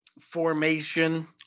formation